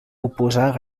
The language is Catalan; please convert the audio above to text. oposar